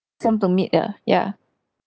some don't meet uh ya